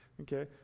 okay